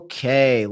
Okay